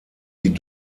die